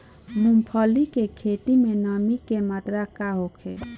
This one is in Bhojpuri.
मूँगफली के खेत में नमी के मात्रा का होखे?